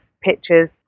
pictures